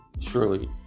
surely